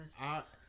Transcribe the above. yes